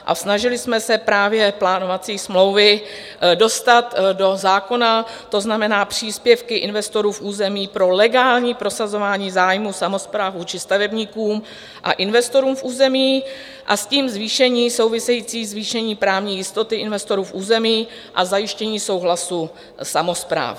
A snažili jsme se právě plánovací smlouvy dostat do zákona, to znamená příspěvky investorů v území pro legální prosazování zájmů samospráv vůči stavebníkům a investorům v území, a s tím zvýšení, související zvýšení právní jistoty investorů v území a zajištění souhlasu samospráv.